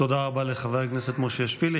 תודה רבה לחבר הכנסת מושיאשוילי.